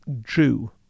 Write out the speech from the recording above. Jew